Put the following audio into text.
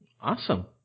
awesome